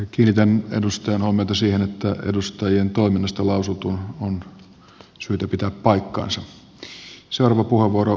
kiinnitän edustajan huomiota siihen että edustajien toiminnasta lausutun on syytä pitää paikkansa